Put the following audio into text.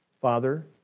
Father